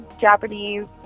Japanese